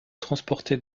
transporter